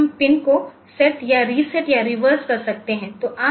जैसे हम पिन को सेट या रिसेट या रिवर्स कर सकते हैं